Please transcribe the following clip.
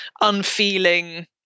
unfeeling